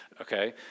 okay